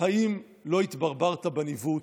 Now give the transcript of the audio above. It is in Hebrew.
אם לא התברברת בניווט?